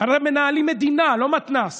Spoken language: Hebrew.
הרי מנהלים מדינה, לא מתנ"ס.